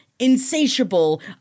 insatiable